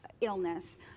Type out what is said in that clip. illness